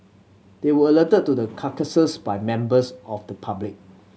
they were alerted to the carcasses by members of the public